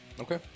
Okay